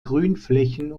grünflächen